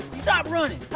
stop throwing